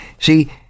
See